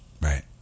Right